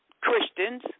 Christians